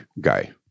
guy